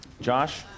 Josh